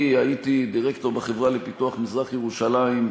הייתי דירקטור בחברה לפיתוח מזרח-ירושלים,